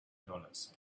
dollars